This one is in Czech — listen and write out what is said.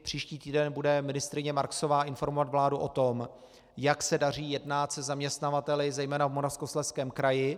Příští týden bude ministryně Marksová informovat vládu o tom, jak se daří jednat se zaměstnavateli zejména v Moravskoslezském kraji.